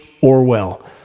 Orwell